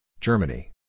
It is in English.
Germany